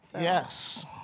Yes